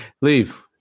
leave